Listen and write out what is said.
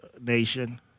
Nation